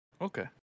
Okay